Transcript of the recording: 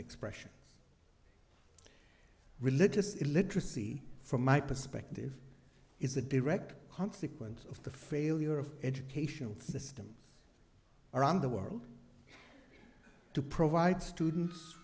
expression religious illiteracy from my perspective is a direct consequence of the failure of educational systems around the world to provide students